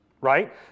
right